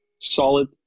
solid